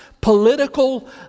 political